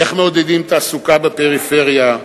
איך מעודדים תעסוקה בפריפריה,